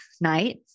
night